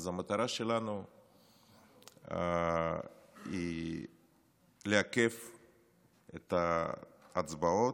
אז המטרה שלנו היא לעכב את ההצבעות,